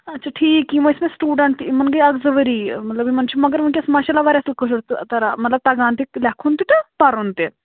اَچھا ٹھیٖک یِم ٲسۍ مےٚ سِٹوٗڈنٛٹ تہِ یِمن گٔے اکھ زٕ ؤری مطلب یِمن چھُ مگر وٕنکٮ۪س ما شاللہ وارِیاہ تُہۍ مطلب تگان لٮ۪کھُن تہِ تہٕ پرُن تہِ